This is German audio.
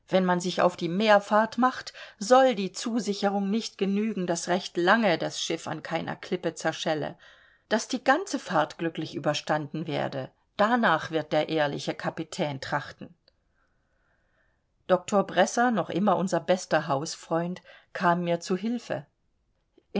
wenn man sich auf die meerfahrt macht soll die zusicherung nicht genügen daß recht lange das schiff an keiner klippe zerschelle daß die ganze fahrt glücklich überstanden werden darnach wird der ehrliche kapitän trachten doktor bresser noch immer unser bester hausfreund kam mir zu hilfe